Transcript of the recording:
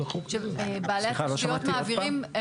שבעלי התשתיות מעבירים --- סליחה, לא שמעתי.